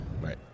Right